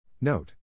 Note